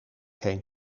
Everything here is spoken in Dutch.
heen